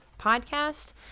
podcast